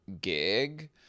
gig